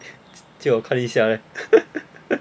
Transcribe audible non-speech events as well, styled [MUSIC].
[LAUGHS] 借我看一下 leh [LAUGHS]